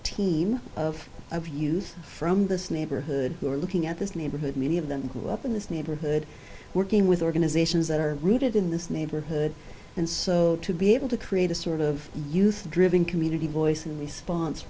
team of views from this neighborhood who are looking at this neighborhood many of them grew up in this neighborhood working with organizations that are rooted in this neighborhood and so to be able to create a sort of youth driven community voicing response